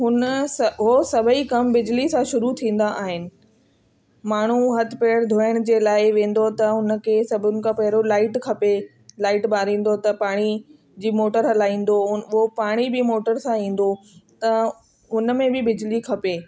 हुन स उहे सभई कम बिजली सां शुरू थींदा आहिनि माण्हू हथु पेरु धोइण जे लाइ वेंदो त हुनखे सभिनि खां पहिरियों लाइट खपे लाइट ॿारींदो त पाणी जी मोटर हलाईंदो उन उहो पाणी बि मोटर सां ईंदो त उनमें बि बिजली खपे